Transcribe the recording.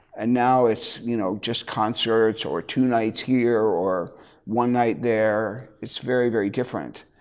and now it's you know just concerts or two nights here, or one night there. it's very, very different.